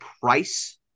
price